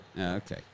Okay